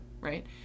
right